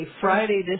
Friday